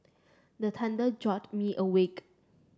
the thunder jolt me awake